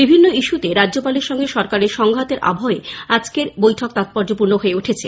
বিভিন্ন ইস্যতে রাজ্যপালের সঙ্গে সরকারের সংঘাতের আবহে আজকের বৈঠক তাৎপর্যপূর্ণ হয়ে উঠেছে